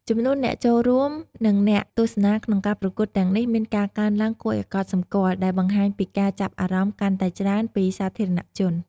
ចំនួនអ្នកចូលរួម និងអ្នកទស្សនាក្នុងការប្រកួតទាំងនេះមានការកើនឡើងគួរឱ្យកត់សម្គាល់ ដែលបង្ហាញពីការចាប់អារម្មណ៍កាន់តែច្រើនពីសាធារណជន។